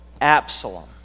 Absalom